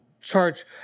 charge